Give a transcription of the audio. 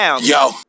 Yo